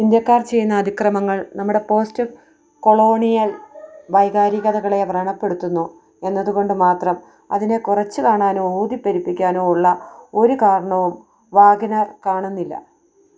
ഇന്ത്യക്കാർ ചെയ്യുന്ന അതിക്രമങ്ങൾ നമ്മുടെ പോസ്റ്റ് കൊളോണിയൽ വൈകാരികതകളെ വ്രണപ്പെടുത്തുന്നു എന്നതുകൊണ്ടു മാത്രം അതിനെ കുറച്ചു കാണാനോ ഊതിപ്പെരുപ്പിക്കാനോ ഉള്ള ഒരു കാരണവും വാഗ്നർ കാണുന്നില്ല